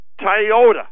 Toyota